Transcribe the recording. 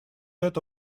эта